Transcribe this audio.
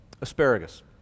asparagus